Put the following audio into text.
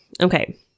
Okay